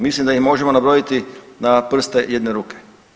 Mislim da ih možemo nabrojiti na prste jedne ruke.